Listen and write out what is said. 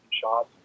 shots